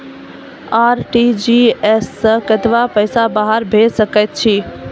RTGS सअ कतबा पाय बाहर भेज सकैत छी?